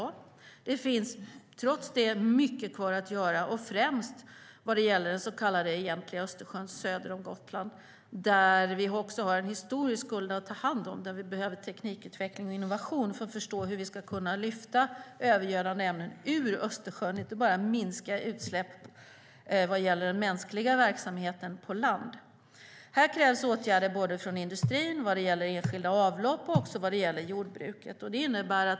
Trots det finns det mycket kvar att göra, främst vad gäller det så kallade Egentliga Östersjön söder om Gotland. Där har vi en historisk skuld att ta hand om och behöver teknikutveckling och innovation för att förstå hur vi ska kunna lyfta övergödande ämnen ur Östersjön och inte bara minska utsläppen från den mänskliga verksamheten på land. Här krävs det åtgärder både från industrin vad gäller enskilda avlopp och från jordbruket.